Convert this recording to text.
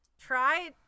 Try